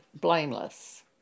blameless